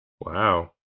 Wow